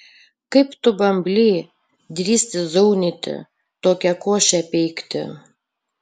kaip tu bambly drįsti zaunyti tokią košę peikti